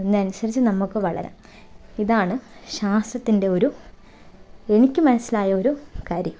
അതിനനുസരിച്ച് നമുക്ക് വളരാം ഇതാണ് ശാസ്ത്രത്തിൻ്റെ ഒരു എനിക്ക് മനസ്സിലായ ഒരു കാര്യം